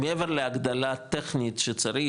מעבר להגדלה טכנית שצריך,